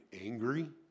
angry